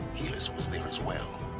helis was there as well.